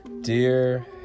dear